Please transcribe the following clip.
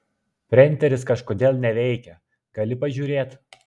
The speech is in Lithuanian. printeris kažkodėl neveikia gali pažiūrėt